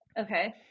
Okay